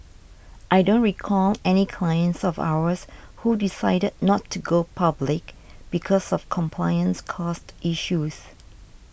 I don't recall any clients of ours who decided not to go public because of compliance costs issues